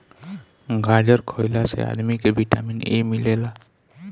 गाजर खइला से आदमी के विटामिन ए मिलेला